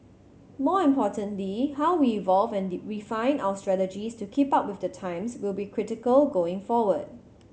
more importantly how we evolve and refine our strategies to keep up with the times will be critical going forward